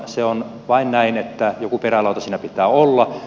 se on vain näin että joku perälauta siinä pitää olla